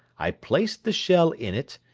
i placed the shell in it,